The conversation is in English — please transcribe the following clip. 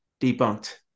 debunked